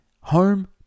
Home